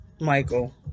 Michael